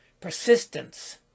Persistence